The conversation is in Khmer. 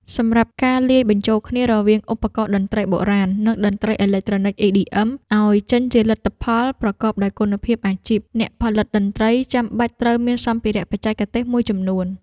សម្រាប់ការលាយបញ្ចូលគ្នារវាងឧបករណ៍តន្ត្រីបុរាណ និងតន្ត្រីអេឡិចត្រូនិក EDM ឱ្យចេញជាលទ្ធផលប្រកបដោយគុណភាពអាជីព អ្នកផលិតតន្ត្រីចាំបាច់ត្រូវមានសម្ភារៈបច្ចេកទេសមួយចំនួន។